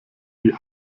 die